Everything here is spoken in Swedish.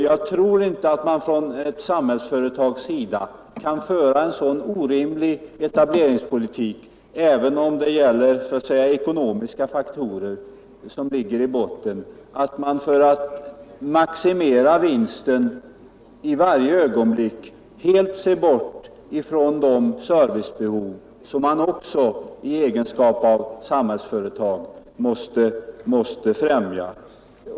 Jag tror inte att ett samhällsföretag kan föra Nr 105 Onsdagen den från de servicebehov som man i egenskap av samhällsföretag också måste 23 oktober 1974 ta hänsyn till.